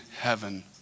heaven